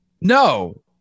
No